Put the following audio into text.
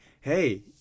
hey